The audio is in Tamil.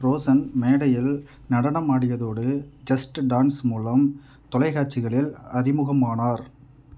ரோஷன் மேடையில் நடனம் ஆடியதோடு ஜஸ்ட் டான்ஸ் மூலம் தொலைக்காட்சிகளில் அறிமுகமானார்